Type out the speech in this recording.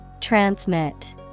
Transmit